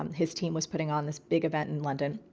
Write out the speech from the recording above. um his team was putting on this big event in london.